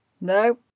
No